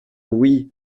oui